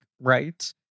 right